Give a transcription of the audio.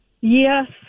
Yes